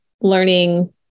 learning